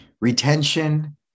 Retention